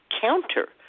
counter